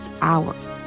hours